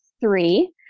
three